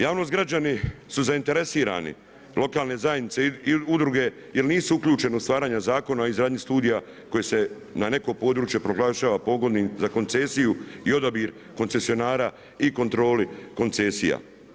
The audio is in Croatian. Javnost, građani, su zainteresirani, lokalne zajednice i udruge jer nisu uključene u stvaranju zakona i ovih zadnjih studija koji se na neko područje proglašava pogodnim za koncesiju i odabir koncesionara i kontrole koncesija.